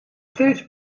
steeds